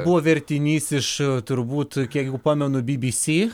buvo vertinys iš turbūt kiek pamenu bbc